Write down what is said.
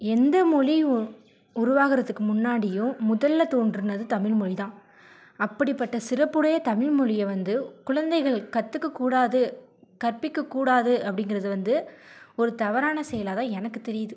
எந்த மொழி உருவாகறத்துக்கு முன்னாடியும் முதலில் தோன்றுனது தமிழ்மொழி தான் அப்படிப்பட்ட சிறப்புடைய தமிழ்மொழியை வந்து குழந்தைகள் கற்றுக்கக்கூடாது கற்பிக்கக்கூடாது அப்படிங்கறது வந்து ஒரு தவறான செயலாகதான் எனக்கு தெரியுது